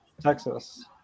Texas